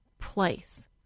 place